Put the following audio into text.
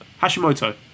Hashimoto